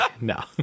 No